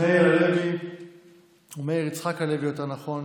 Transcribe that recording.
מר מאיר יצחק הלוי יוכל